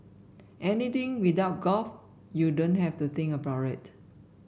anything without golf you don't have to think about it